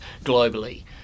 globally